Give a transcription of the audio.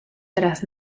tras